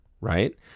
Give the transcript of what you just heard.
right